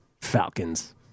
Falcons